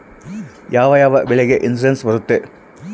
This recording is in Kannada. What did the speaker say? ಯಾವ ಯಾವ ಬೆಳೆಗೆ ಇನ್ಸುರೆನ್ಸ್ ಬರುತ್ತೆ?